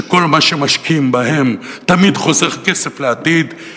שכל מה שמשקיעים בהם תמיד חוסך כסף לעתיד,